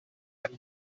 ein